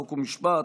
חוק ומשפט,